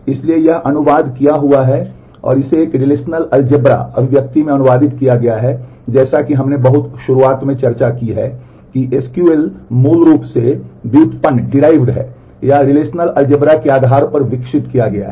इसलिए यह अनुवाद किया हुआ है और इसे एक रिलेशनल के आधार पर विकसित किया गया है